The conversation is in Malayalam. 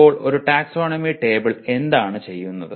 അപ്പോൾ ഒരു ടാക്സോണമി ടേബിൾ എന്താണ് ചെയ്യുന്നത്